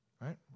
Right